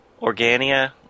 Organia